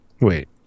Wait